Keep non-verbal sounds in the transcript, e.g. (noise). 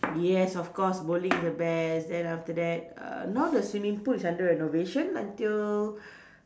(noise) yes of course bowling (noise) is the best then after that uh now the swimming pool is under renovation until